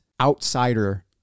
outsider